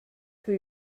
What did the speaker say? für